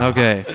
Okay